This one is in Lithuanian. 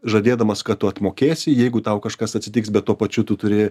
žadėdamas kad tu atmokėsi jeigu tau kažkas atsitiks bet tuo pačiu tu turi